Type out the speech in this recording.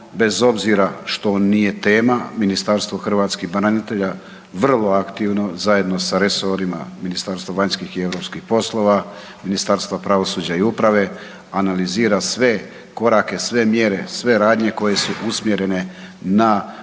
bez obzira što nije tema, Ministarstvo hrvatskih branitelja vrlo aktivno, zajedno sa resorima Ministarstva vanjskih i europskih poslova, Ministarstva pravosuđa i uprave, analizira sve korake, sve mjere, sve radnje koje su usmjerene na potraživanje